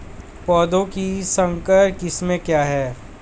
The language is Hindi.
पौधों की संकर किस्में क्या क्या हैं?